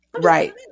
Right